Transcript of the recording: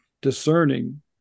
discerning